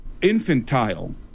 infantile